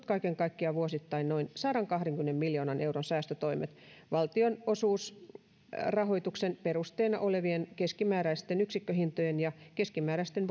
kaiken kaikkiaan vuosittain noin sadankahdenkymmenen miljoonan euron säästötoimet valtionosuusrahoituksen perusteena olevien keskimääräisten yksikköhintojen ja keskimääräisten